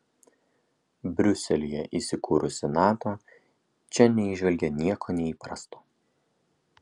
briuselyje įsikūrusi nato čia neįžvelgė nieko neįprasto